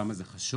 למה זה חשוב?